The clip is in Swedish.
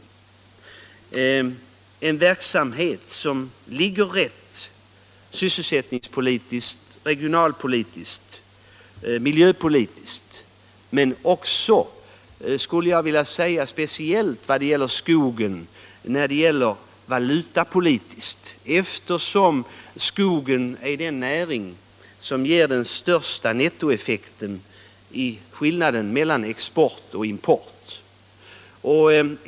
Det är fråga om en verksamhet som ligger rätt sysselsättningspolitiskt, regionalpolitiskt, miljöpolitiskt men också, vad gäller skogen, valutapolitiskt. Skogsnäringen är ju den näring som ger den största nettoeffekten i skillnaden mellan export och import.